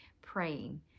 praying